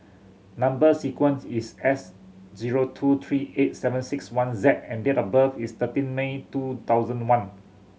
number sequence is S zero two three eight seven six one Z and date of birth is thirteen May two thousand one